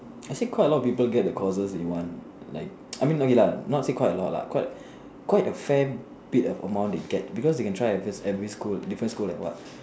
actually quite a lot of people get the courses that you want like I mean not it lah not say quite a lot lah quite quite a fair bit of amount they get because they can try appeal every school different school like what